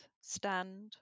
stand